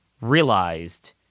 realized